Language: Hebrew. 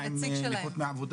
לגבי נכות מעבודה.